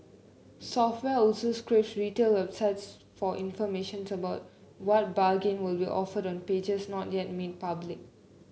software also scrape retail websites for information about what bargain will be offered on pages not yet made public